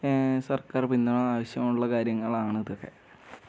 സർക്കാർ പിന്തുണ ആവശ്യമുള്ള കാര്യങ്ങളാണ് ഇതൊക്കെ